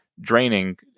draining